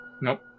Nope